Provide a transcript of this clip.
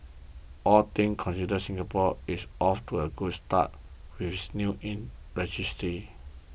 all things considered Singapore is off to a good start with its new registry